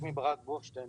שמי ברק בורשטיין